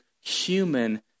human